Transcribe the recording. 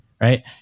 Right